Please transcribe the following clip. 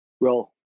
Roll